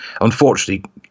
unfortunately